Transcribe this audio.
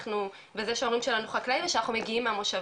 שההורים שלנו חקלאים ושאנחנו מגיעים מהמושבים.